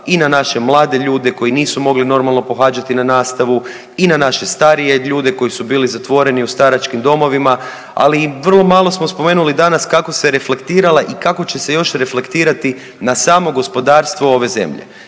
i na naše mlade ljude koji nisu mogli pohađati na nastavu i na naše starije ljude koji su bili zatvoreni u staračkim domovima, ali i vrlo malo smo spomenuli danas kako se reflektirala i kako će se još reflektirati na samo gospodarstvo ove zemlje.